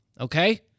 okay